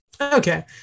Okay